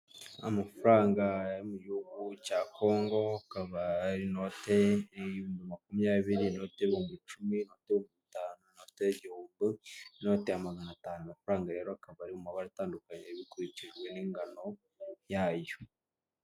Amafaranga yo mu gihugu cya kongo, akaba ari inote y' ibihumbi makumyabiri, inote y'ibihumbi icumi, inote y'ibihumbi bitanu, inote y'igihumbi n'inote ya magana atanu, amafaranga rero akaba ari mu mabara atandukanye bikurikijwe n'ingano yayo.